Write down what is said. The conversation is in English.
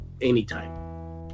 anytime